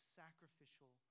sacrificial